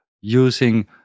using